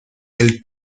del